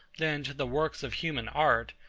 than to the works of human art,